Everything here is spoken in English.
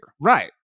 Right